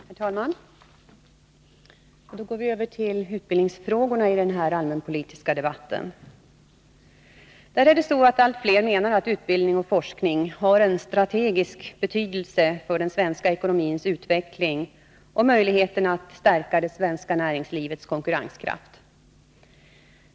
Herr talman! Nu går vi över till utbildningsfrågorna i den här allmänpolitiska debatten. Allt fler menar att utbildning och forskning har en strategisk betydelse för den svenska ekonomins utveckling och möjligheten att stärka det svenska näringslivets konkurrenskraft.